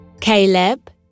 Caleb